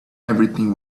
everything